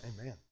Amen